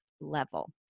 level